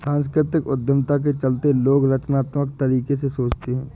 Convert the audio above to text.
सांस्कृतिक उद्यमिता के चलते लोग रचनात्मक तरीके से सोचते हैं